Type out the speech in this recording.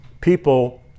People